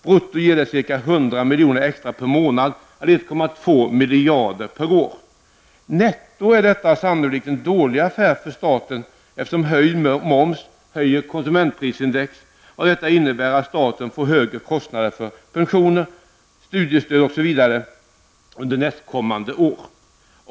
Brutto ger det ca 100 Netto är detta sannolikt en dålig affär för staten, eftersom höjd moms gör att konsumentprisindex stiger och detta innebär att staten får högre kostnader för pensioner, studiestöd, osv. under nästkommande år.